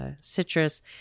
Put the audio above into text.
citrus